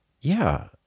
Yeah